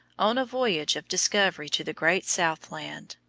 on a voyage of discovery to the great south land.